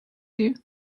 you